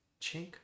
chink